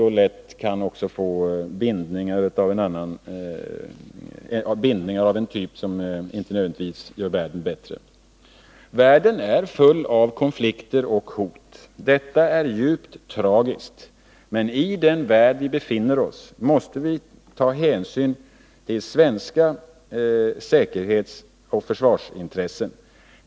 De länder som vill köpa vapen kan då lätt få bindningar av en typ som inte nödvändigtvis gör världen bättre. Världen är full av konflikter och hot. Detta är djupt tragiskt. Men i den värld som vi befinner oss i måste vi ta hänsyn till svenska säkerhetsoch försvarsintressen.